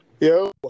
Yo